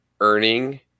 earning